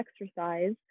exercise